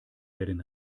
werden